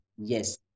Yes